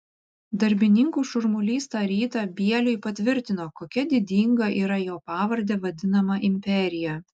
darbininkų šurmulys tą rytą bieliui patvirtino kokia didinga yra jo pavarde vadinama imperija